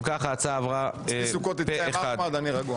אם כך, ההצעה עברה פה אחד.